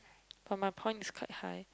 but my point is quite high